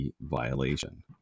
violation